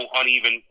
uneven